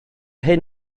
hyn